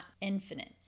infinite